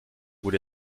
wurde